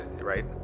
right